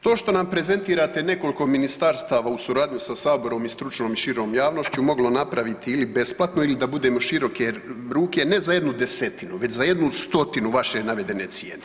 To što nam prezentirate nekoliko ministarstava u suradnji sa Saborom i stručnom i širom javnošću moglo napraviti ili besplatno ili da budemo široke ruke ne za jednu desetinu, već za jednu stotinu vaše navedene cijene.